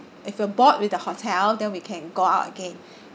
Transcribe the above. if we're bored with the hotel then we can go out again